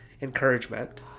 encouragement